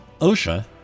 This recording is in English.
OSHA